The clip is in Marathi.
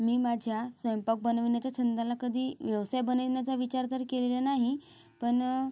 मी माझ्या स्वयंपाक बनविण्याच्या छंदाला कधी व्यवसाय बनविण्याचा विचार तर केलेला नाही पण